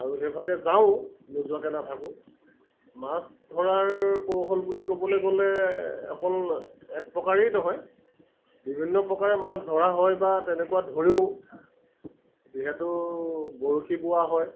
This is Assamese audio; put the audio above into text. আৰু সেইভাগে যাওঁ নোযোৱাকৈ নাথাকোঁ মাছ ধৰাৰ কৌশল বুলি ক'বলৈ গ'লে অকল এক প্ৰকাৰেই নহয় বিভিন্ন প্ৰকাৰে মাছ ধৰা হয় বা তেনেকুৱা ধৰেও যিহেতু বৰশী বোৱা হয়